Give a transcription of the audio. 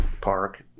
park